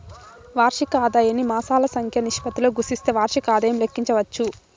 వార్షిక ఆదాయాన్ని మాసాల సంఖ్య నిష్పత్తితో గుస్తిస్తే వార్షిక ఆదాయం లెక్కించచ్చు